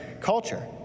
culture